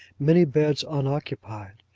many beds unoccupied.